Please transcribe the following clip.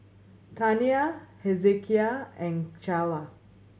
Tania Hezekiah and Calla